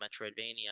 metroidvania